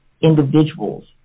individuals